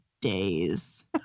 days